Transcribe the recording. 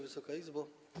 Wysoka Izbo!